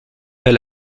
elle